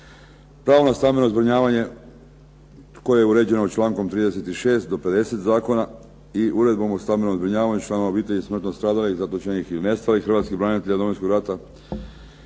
Pravo na stambeno zbrinjavanje koje je uređeno člankom 36. do 50. zakona i Uredbom o stambenom zbrinjavanju članova obitelji smrtno stradalih, zatočenih ili nestalih hrvatskih branitelja Domovinskog rata